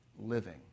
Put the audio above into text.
living